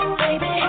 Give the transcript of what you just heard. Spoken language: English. baby